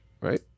right